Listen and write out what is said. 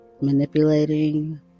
manipulating